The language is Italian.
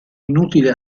inutile